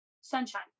Sunshine